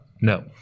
no